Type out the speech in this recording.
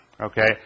okay